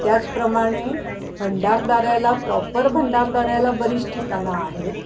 त्याचप्रमाणे भंडारदाऱ्याला प्रॉपर भंडारदाऱ्याला बरीच ठिकाणं आहेत